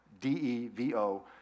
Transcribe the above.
D-E-V-O